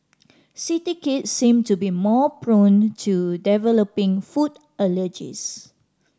city kids seem to be more prone to developing food allergies